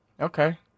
Okay